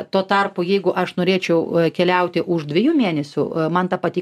tuo tarpu jeigu aš norėčiau keliauti už dviejų mėnesių man ta pati